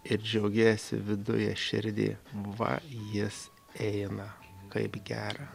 ir džiaugiesi viduje širdy va jis eina kaip gera